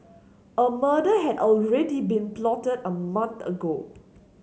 a murder had already been plotted a month ago